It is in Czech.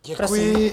Děkuji.